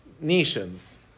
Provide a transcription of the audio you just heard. nations